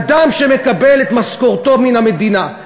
אדם שמקבל את משכורתו מן המדינה,